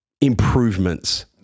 improvements